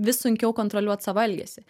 vis sunkiau kontroliuot savo elgesį